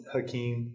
Hakeem